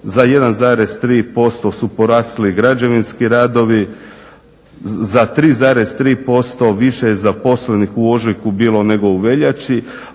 za 1,3% su porasli građevinski radovi, za 3,3% više je zaposlenih u ožujku bilo nego u veljači,